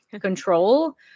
control